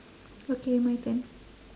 okay my turn